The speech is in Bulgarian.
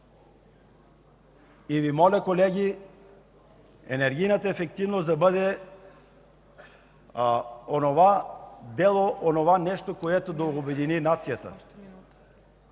И Ви моля, колеги, енергийната ефективност да бъде онова дело, онова нещо, което да обедини нацията.